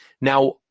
Now